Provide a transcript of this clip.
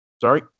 Sorry